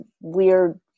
weird